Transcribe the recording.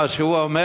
מה שהוא אומר,